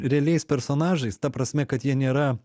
realiais personažais ta prasme kad jie nėra